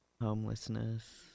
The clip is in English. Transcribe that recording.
Homelessness